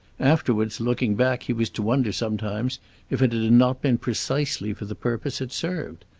afterwards, looking back, he was to wonder sometimes if it had not been precisely for the purpose it served.